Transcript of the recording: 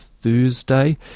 Thursday